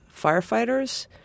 firefighters